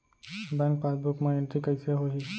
Bank passbook मा entry कइसे होही?